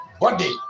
body